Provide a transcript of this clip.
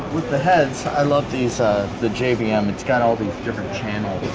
with the heads, i love these the jvm. yeah um it's got all these different channels